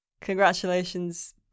congratulations